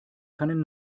keinen